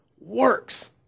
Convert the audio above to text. works